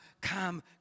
come